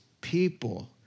people